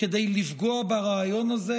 כדי לפגוע ברעיון הזה,